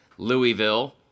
Louisville